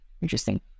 Interesting